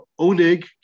onig